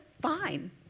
fine